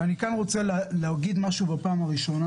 אני רוצה להגיד כאן משהו בפעם הראשונה